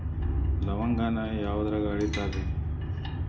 ಲವಂಗಾನ ಯಾವುದ್ರಾಗ ಅಳಿತಾರ್ ರೇ?